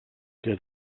que